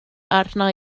arna